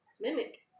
mimic